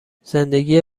زندگی